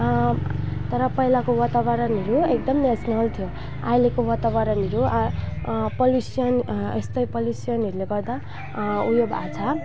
तर पहिलाको वातावरणहरू एकदम नेसनल थियो अहिलेको वातावरणहरू आ पोलुसन यस्तै पोलुसनहरूले गर्दा ऊ यो भए छ